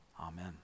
amen